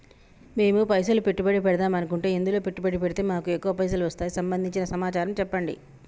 మేము పైసలు పెట్టుబడి పెడదాం అనుకుంటే ఎందులో పెట్టుబడి పెడితే మాకు ఎక్కువ పైసలు వస్తాయి సంబంధించిన సమాచారం చెప్పండి?